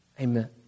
Amen